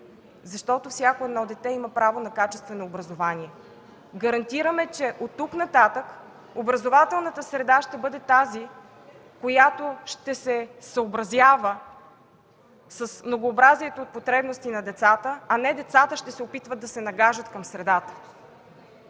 защото всяко дете има право на качествено образование. Гарантираме, че оттук нататък образователната среда ще бъде тази, която ще се съобразява с многообразието от потребности на децата, а не децата ще се опитват да се нагаждат към средата.